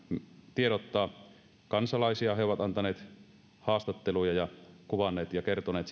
tiedottaa kansalaisia he ovat antaneet haastatteluja ja kuvanneet ja kertoneet